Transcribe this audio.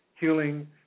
healing